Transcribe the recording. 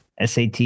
SAT